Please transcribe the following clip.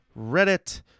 Reddit